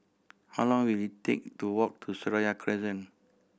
how long will it take to walk to Seraya Crescent